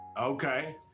Okay